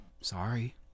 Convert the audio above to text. sorry